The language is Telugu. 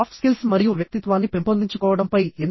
సాఫ్ట్ స్కిల్స్ మరియు వ్యక్తిత్వాన్ని పెంపొందించుకోవడంపై ఎన్